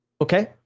Okay